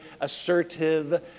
assertive